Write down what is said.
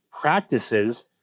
practices